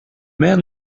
man